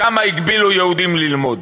שם הגבילו יהודים, ללמוד.